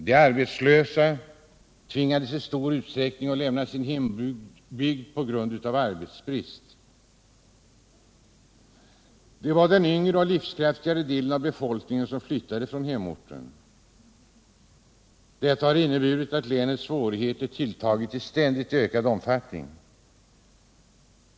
De arbetslösa tvingades i stor utsträckning att lämna sin hembygd på grund av arbetsbrist. Det var den yngre och livskraftigare delen av befolkningen som flyttade från hemorten. Detta har inneburit att länets svårigheter tilltagit i ständigt ökad omfattning.